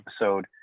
episode